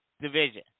division